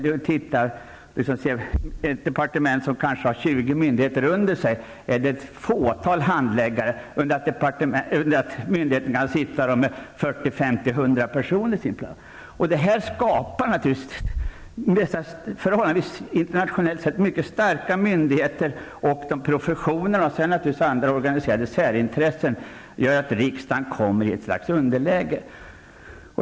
Ett departement med t.ex. 20 myndigheter under sig har ett fåtal handläggare, medan myndigheterna kan ha 50--100 Dessa internationellt sett mycket starka myndigheter, professionerna och andra organiserade särintressen, gör att riksdagen kommer i ett slags underläge.